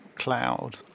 Cloud